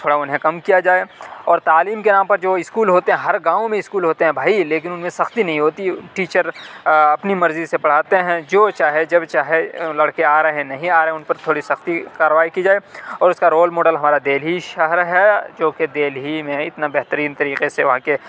تھوڑا انہیں کم کیا جائے اور تعلیم کے نام پر جو اسکول ہوتے ہیں ہر گاؤں میں اسکول ہوتے ہیں بھائی لیکن ان میں سختی نہیں ہوتی ٹیچر اپنی مرضی سے پڑھاتے ہیں جو چاہے جب چاہے لڑکے آ رہے ہیں نہیں آ رہے ہیں ان پر تھوڑی سختی کارروائی کی جائے اور اس کا رول ماڈل ہمارا دہلی شہر ہے جو کہ دہلی میں اتنا بہترین طریقے سے وہاں کے